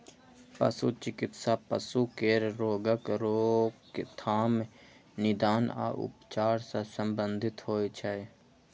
पशु चिकित्सा पशु केर रोगक रोकथाम, निदान आ उपचार सं संबंधित होइ छै